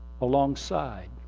alongside